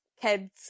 kids